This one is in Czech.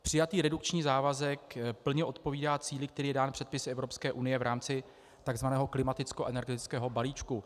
Přijatý redukční závazek plně odpovídá cíli, který je dán předpisy Evropské unie v rámci tzv. klimatickoenergetického balíčku.